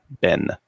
Ben